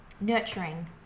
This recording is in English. Nurturing